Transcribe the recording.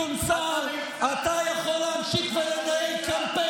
אתה ליצן, אתה ליצן.